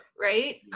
right